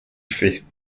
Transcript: fait